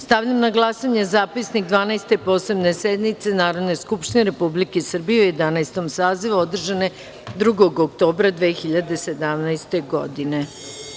Stavljam na glasanje Zapisnik Dvanaeste posebne sednice Narodne skupštine Republike Srbije u Jedanaestom sazivu, održane 2. oktobra 2017. godine.